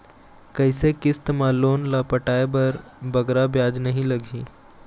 कइसे किस्त मा लोन ला पटाए बर बगरा ब्याज नहीं लगही?